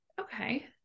Okay